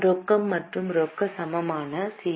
ரொக்கம் மற்றும் ரொக்க சமமான சி